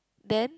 then